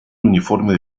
uniforme